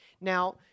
Now